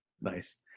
Nice